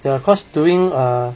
ya cause doing err